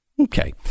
Okay